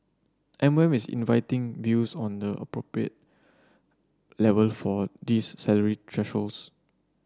M O M is inviting views on the appropriate level for these salary thresholds